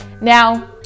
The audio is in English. now